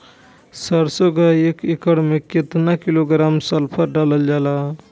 सरसों क एक एकड़ खेते में केतना किलोग्राम सल्फर डालल जाला?